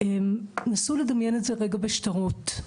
נסו לדמיין את זה רגע בשטרות,